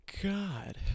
god